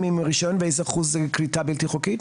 עם רישיון ואיזה אחוז עם קליטה בלתי חוקית?